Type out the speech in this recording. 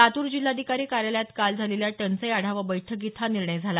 लातूर जिल्हाधिकारी कार्यालयात काल झालेल्या टंचाई आढावा बैठकीत हा निर्णय झाला